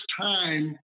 time